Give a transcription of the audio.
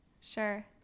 Sure